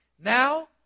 Now